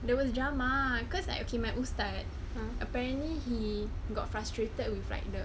there was drama cause like okay my ustaz apparently he got frustrated with like the